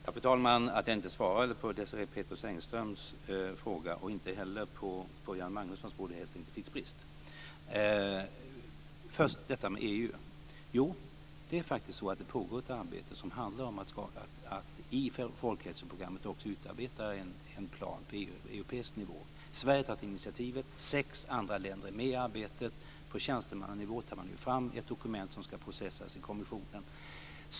Fru talman! Att jag inte svarade på Desirée Pethrus Engströms fråga och inte heller på Göran Magnussons fråga berodde helt enkelt på tidsbrist. Först detta med EU. Jo, det är faktiskt så att det pågår ett arbete som handlar om att i Folkhälsoprogrammet också utarbeta en plan på europeisk nivå. Sverige har tagit initiativet. Sex andra länder är med i arbetet. På tjänstemannanivå tar man nu fram ett dokument som ska processas i kommissionen.